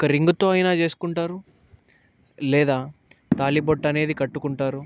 ఒక రింగుతో అయినా చేసుకుంటారు లేదా తాళి బొట్టనేది కట్టుకుంటారు